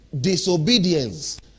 disobedience